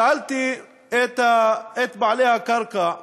שאלתי את בעלי הקרקע: